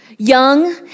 young